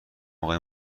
آقای